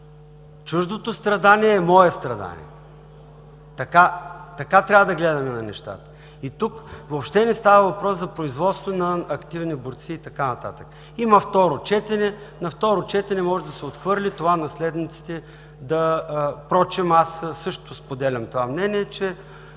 Чуждото страдание е и мое страдание! Така трябва да гледаме на нещата. Тук въобще не става въпрос за производство на активни борци и така нататък. Има второ четене! На второ четене може да се отхвърли това наследниците – аз също споделям това мнение, че